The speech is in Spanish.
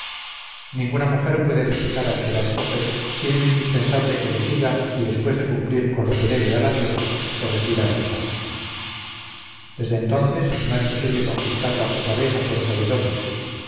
ninguna mujer puede desechar al que la escoge siendo indispensable que le siga y después de cumplir con lo que debe a la diosa se retira a su casa desde entonces no es posible conquistarlas otra vez a fuerza de dones